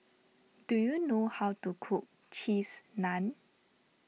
do you know how to cook Cheese Naan